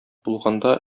булганда